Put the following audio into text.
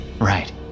Right